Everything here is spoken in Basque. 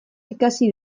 ikasi